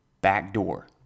Backdoor